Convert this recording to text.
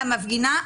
למפגינה,